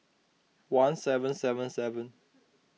one seven seven seven